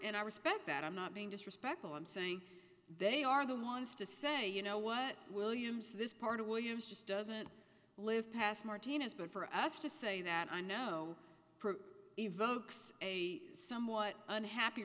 and i respect that i'm not being disrespectful i'm saying they are the ones to say you know what williams this part of williams just doesn't live past martnez but for us to say that i now